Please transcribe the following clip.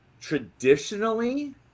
Traditionally